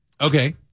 Okay